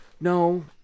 No